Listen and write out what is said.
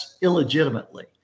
illegitimately